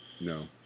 No